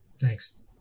Thanks